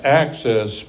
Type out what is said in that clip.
access